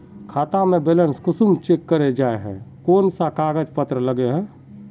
खाता में बैलेंस कुंसम चेक करे जाय है कोन कोन सा कागज पत्र लगे है?